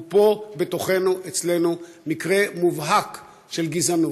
הוא פה בתוכנו, אצלנו, מקרה מובהק של גזענות.